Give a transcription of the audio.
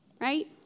right